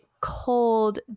cold